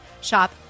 shop